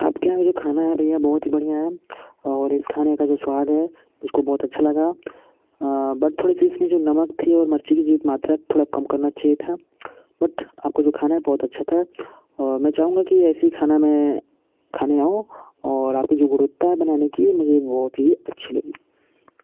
आपके यहाँ जो खाना है भईया बहुत ही बढ़िया है और इस खाने का जो स्वाद है वो मुझको बहुत अच्छा लगा बट थोड़ी सी इसमें जो नमक थी और मिर्ची की मात्रा थी जो कम करना चाहिए था बट आपका जो खाना था बहुत अच्छा था और मैं चाहूँगा कि ऐसा ही खाना मैं खाने आऊँ और आपकी जो गुणवत्ता है बनाने की मुझे बहुत ही अच्छी लगी